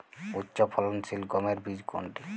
উচ্চফলনশীল গমের বীজ কোনটি?